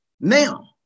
now